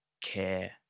care